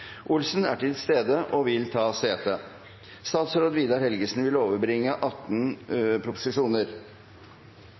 Olsen er til stede og vil ta sete. Representanten Anne Tingelstad Wøien vil